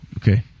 Okay